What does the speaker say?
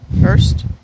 first